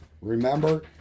remember